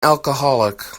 alcoholic